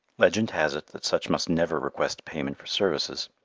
legend has it that such must never request payment for services,